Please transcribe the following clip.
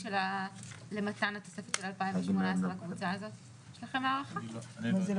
במכפלת 8.52%; (3)אם